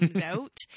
out